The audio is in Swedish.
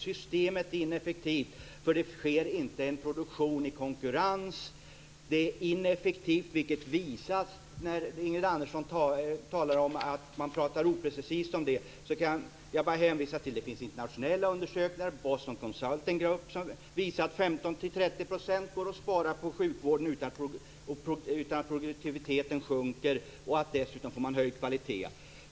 Systemet är ineffektivt, för produktionen sker inte i konkurrens. Ingrid Andersson talar om att man pratar oprecist om det. Jag kan hänvisa till internationella undersökningar från t.ex. Boston Consulting Group som visar att det går att spara 15-30 % på sjukvården utan att produktiviteten sjunker. Dessutom får man höjd kvalitet.